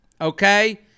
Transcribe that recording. Okay